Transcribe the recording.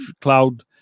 cloud